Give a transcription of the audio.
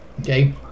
okay